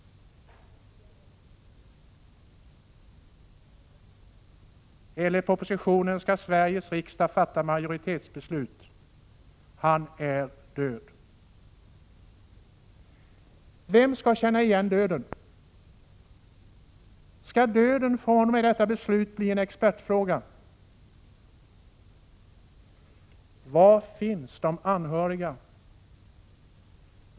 Enligt propositionen skall Sveriges riksdag fatta majoritetsbeslut — han är död. Vem skall känna igen döden? Skall döden fr.o.m. detta beslut bli en expertfråga? Var finns de anhöriga?